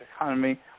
economy